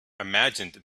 imagined